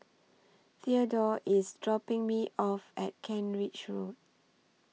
Thedore IS dropping Me off At Kent Ridge Road